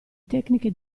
tecniche